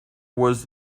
was